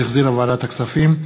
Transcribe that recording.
שהחזירה ועדת הכספים,